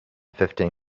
fifteen